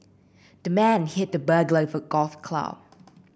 the man hit the burglar with a golf club